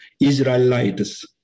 Israelites